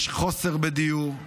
יש חוסר בדיור,